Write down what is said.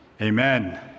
amen